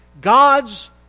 God's